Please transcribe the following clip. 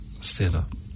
setup